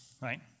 right